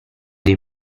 dei